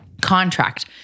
Contract